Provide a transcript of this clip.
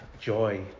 joy